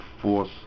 force